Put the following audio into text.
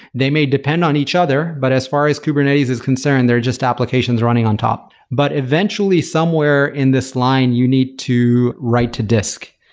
they may depend on each other, but as far as kubernetes is concerned, they're just applications running on top. but eventually somewhere in this line, you need to write to disk.